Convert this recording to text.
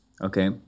okay